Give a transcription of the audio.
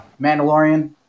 Mandalorian